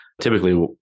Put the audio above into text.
typically